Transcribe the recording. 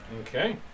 Okay